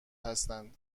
هستند